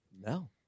No